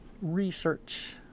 research